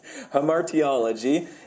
Hamartiology